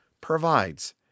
provides